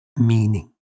meaning